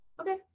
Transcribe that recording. Okay